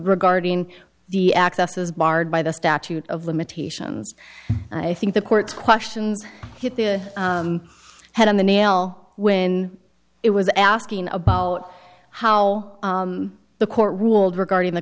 regarding the access is barred by the statute of limitations i think the court questions hit the head on the nail when it was asking about how the court ruled regarding the